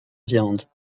viande